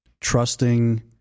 trusting